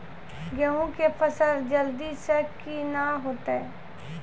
गेहूँ के फसल जल्दी से के ना होते?